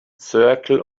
circle